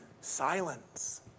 Silence